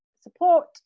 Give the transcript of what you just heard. support